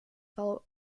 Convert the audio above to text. follow